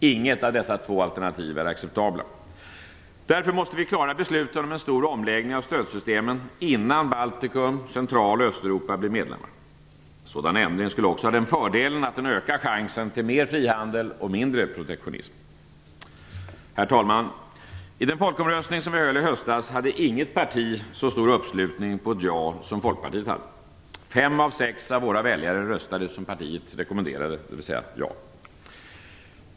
Inget av dessa två alternativ är acceptabelt. Därför måste vi klara besluten om en stor omläggning av stödsystemen innan Baltikum, Centraloch Östeuropa blir medlemmar. En sådan ändring skulle också ha den fördelen att den ökar chansen till mer frihandel och mindre protektionism. Herr talman! I den folkomröstning som vi höll i höstas hade inget parti så stor uppslutning kring ett ja som Folkpartiet. Fem av sex av våra väljare röstade som partiet rekommenderade, dvs. ja.